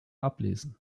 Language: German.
ablesen